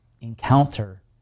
encounter